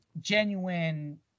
genuine